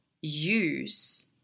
use